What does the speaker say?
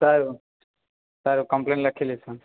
સારું સારું કમ્પ્લેન લખી લઈશું